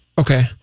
Okay